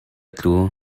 tlu